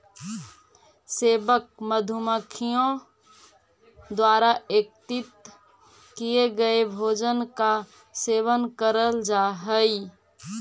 सेवक मधुमक्खियों द्वारा एकत्रित किए गए भोजन का सेवन करल जा हई